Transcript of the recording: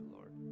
Lord